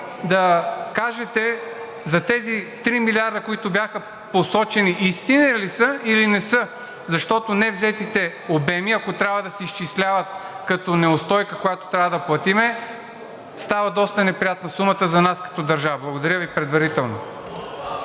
да кажете за тези 3 милиарда, които бяха посочени, истина ли са, или не са, защото невзетите обеми, ако трябва да се изчисляват като неустойка, която трябва да платим, става доста неприятна сумата за нас като държава. Благодаря Ви предварително.